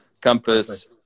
Compass